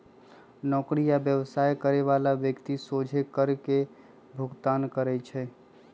नौकरी आ व्यवसाय करे बला व्यक्ति सोझे कर के भुगतान करइ छै